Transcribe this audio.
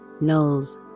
knows